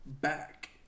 back